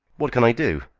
what can i do?